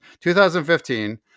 2015